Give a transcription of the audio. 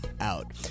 out